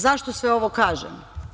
Zašto sve ovo kažem?